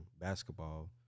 basketball